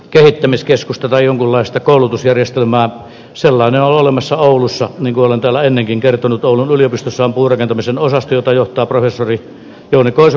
kehittämiskeskusta tai jonkunlaista koulutusjärjestelmä on sellainen on olemassa oulussa niin olen täällä ennenkin kertonut oulun yliopistossa on puurakentamisen osasto jota johtaa professori jouni koiso